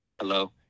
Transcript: Hello